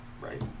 Right